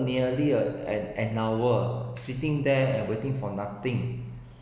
nearly an an hour sitting there and waiting for nothing